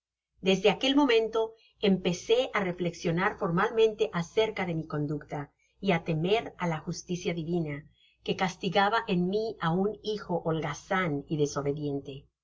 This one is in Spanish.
desde aquel momento empezó á reflexionar formalmente acerca de mi conducta y á temer á la justicia divina que castigaba en mí á un hijo holgazan y desobediente